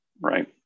right